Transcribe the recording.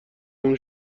اون